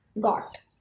got